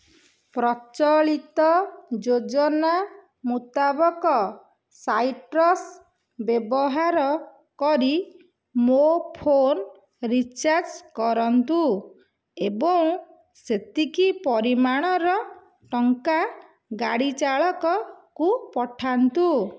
ପ୍ରଚଳିତ ଯୋଜନା ମୁତାବକ ସାଇଟ୍ରସ୍ ବ୍ୟବହାର କରି ମୋ ଫୋନ୍ ରିଚାର୍ଜ କରନ୍ତୁ ଏବଂ ସେତିକି ପରିମାଣର ଟଙ୍କା ଗାଡ଼ି ଚାଳକକୁ ପଠାନ୍ତୁ